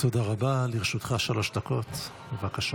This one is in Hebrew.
קלנר, לרשותך שלוש דקות, בבקשה.